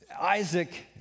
Isaac